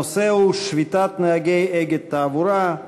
הנושא הוא: שביתת נהגי "אגד תעבורה".